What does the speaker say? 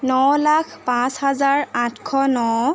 ন লাখ পাঁচ হাজাৰ আঠশ ন